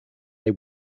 they